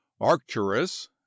arcturus